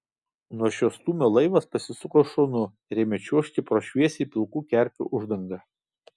nuo šio stūmio laivas pasisuko šonu ir ėmė čiuožti pro šviesiai pilkų kerpių uždangą